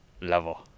level